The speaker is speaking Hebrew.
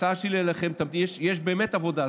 יש באמת עבודה,